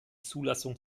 zulassung